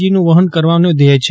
જીનું વહન કરવાનો ધ્યેય છે